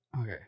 Okay